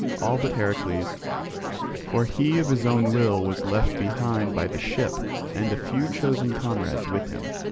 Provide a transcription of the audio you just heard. all but heracles for he of his own will was left behind by the ship and a few chosen comrades with him.